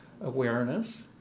Awareness